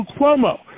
Cuomo